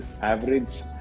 average